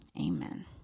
amen